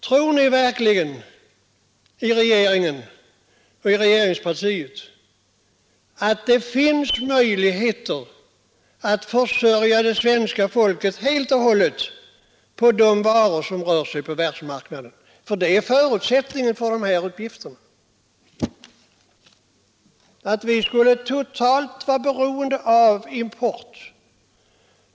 Tror ni verkligen i regeringen och i regeringspartiet att det finns möjligheter att försörja det svenska folket helt och hållet med de varor som rör sig på världsmarknaden? Förutsättningen för de här uppgifterna är nämligen att vi skulle vara totalt beroende av import.